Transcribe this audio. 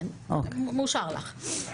כן, מאושר לך.